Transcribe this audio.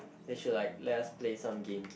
they should like let us play some games